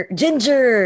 ginger